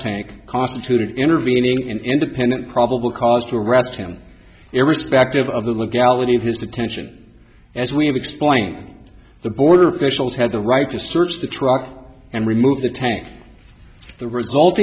tank constituted intervening in independent probable cause to arrest him irrespective of the legalities of his detention as we have explained the border officials had the right to search the truck and remove the tank the result